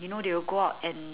you know they will go out and